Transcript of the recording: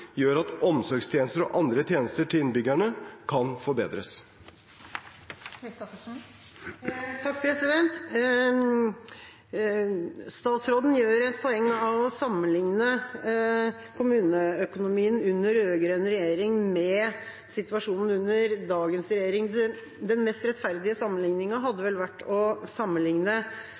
gjør at omsorgstjenester og andre tjenester til innbyggerne kan forbedres. Statsråden gjør et poeng av å sammenligne kommuneøkonomien under rød-grønn regjering med situasjonen under dagens regjering. Den mest rettferdige sammenligningen hadde vel vært å sammenligne